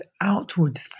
outward